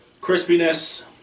Crispiness